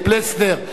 חבר הכנסת הורוביץ,